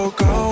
go